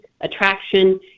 attraction